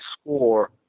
score